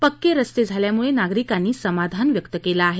पक्के रस्ते झाल्यामुळे नागरिकांनी समाधान व्यक्त केलं आहे